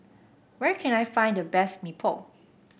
where can I find the best Mee Pok